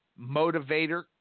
motivator